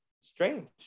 Strange